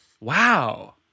Wow